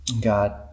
God